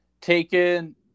taken –